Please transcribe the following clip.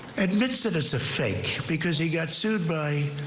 and mister this a fake because he got sued by.